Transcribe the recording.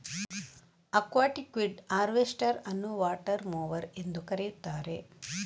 aquatic weed harvester ಅನ್ನುವಾಟರ್ mower ಎಂದೂ ಕರೆಯುತ್ತಾರೆ